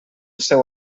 seu